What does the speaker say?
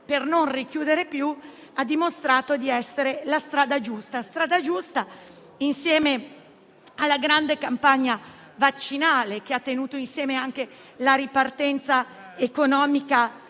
per non richiudere più, ha dimostrato di essere la strada giusta insieme alla grande campagna vaccinale. Tale campagna ha tenuto insieme anche la ripartenza economica